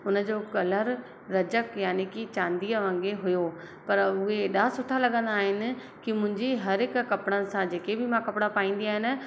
उन जो कलर रजक यानी कि चांदीअ वांगुरु हुयो पर उहे एडा सुठा लॻंदा आहिनि कि मुंहिंजी हर हिक कपिड़नि सां जेके बि मां कपिड़ा पाईंदी आहियां न